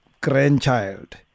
grandchild